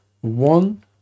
one